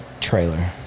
trailer